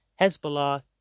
Hezbollah